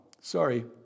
Sorry